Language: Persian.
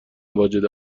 واجد